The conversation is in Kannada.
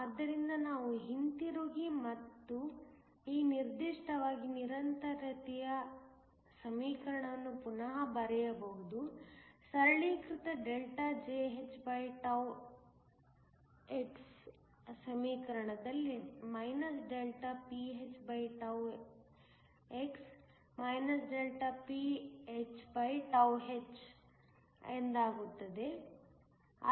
ಆದ್ದರಿಂದ ನಾವು ಹಿಂತಿರುಗಿ ಮತ್ತು ಈ ನಿರ್ದಿಷ್ಟವಾಗಿ ನಿರಂತರತೆಯ ಸಮೀಕರಣವನ್ನು ಪುನಃ ಬರೆಯಬಹುದು ಸರಳೀಕೃತ Jhx ಸಮೀಕರಣದಲ್ಲಿ ΔPnn ΔPnhಎಂದಾಗುತ್ತದೆ